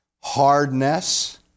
hardness